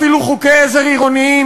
אפילו חוקי עזר עירוניים,